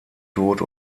tot